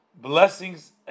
blessings